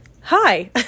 hi